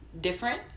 different